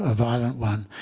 ah violent one.